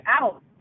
out